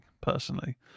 personally